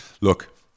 Look